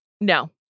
No